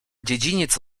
dziedziniec